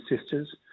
sisters